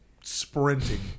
sprinting